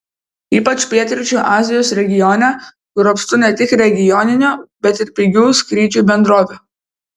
ypač pietryčių azijos regione kur apstu ne tik regioninių bet ir pigių skrydžių bendrovių